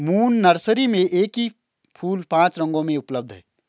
moon nursery में एक ही फूल पांच रंगों में उपलब्ध है